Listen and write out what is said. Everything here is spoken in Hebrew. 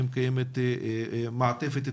האם קיימת מעטפת תמיכה,